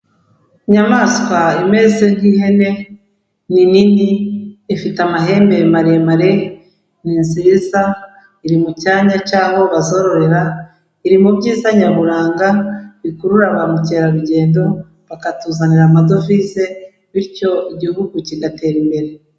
Inyamaswa imeze nk'ihene ni nini, ifite amahembe maremare, ni nziza, iri mu cyanya cy'aho bazororera, iri mu byiza nyaburanga, bikurura ba mukerarugendo, bakatuzanira amadovize, bityo igihugu kigatera imbere.